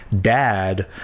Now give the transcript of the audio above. dad